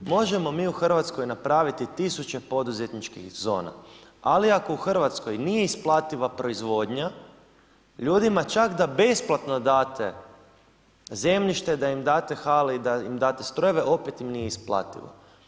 Možemo mi u Hrvatskoj napraviti tisuće poduzetničkih zona ali ako u Hrvatskoj nije isplativa proizvodnja, ljudima čak da besplatno date zemljište, da im date hale i da im date strojeve, opet im nije isplativo.